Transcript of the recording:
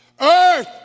earth